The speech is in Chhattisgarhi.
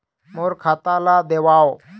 मोर खाता ला देवाव?